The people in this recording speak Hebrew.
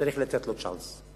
צריך לתת לו צ'אנס.